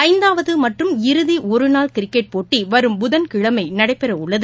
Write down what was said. ஐந்தாவதுமற்றும் இறுதிஒருநாள் கிரிக்கெட் போட்டிவரும் புதன்கிழமைநடைபெறவுள்ளது